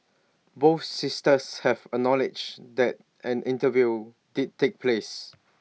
both sisters have acknowledged that an interview did take place